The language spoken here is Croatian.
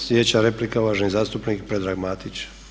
Slijedeća replika je uvaženi zastupnik Predrag Matić.